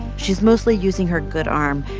she's mostly using her good arm,